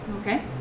Okay